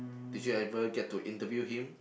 did you able get to interview him